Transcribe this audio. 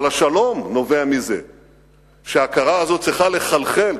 אבל השלום נובע מזה שההכרה הזאת צריכה לחלחל,